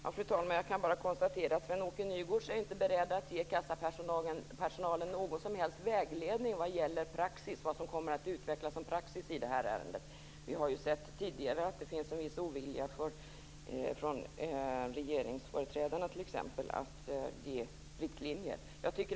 Fru talman! Jag kan bara konstatera att Sven-Åke Nygårds inte är beredd att ge kassapersonalen någon som helst vägledning i vad som kommer att utvecklas som praxis i det här ärendet. Vi har tidigare sett att det finns en viss ovilja från regeringsföreträdare att ge riktlinjer.